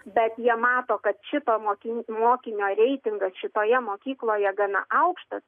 bet jie mato kad šito mokin mokinio reitingas šitoje mokykloje gana aukštas